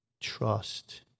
trust